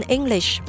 English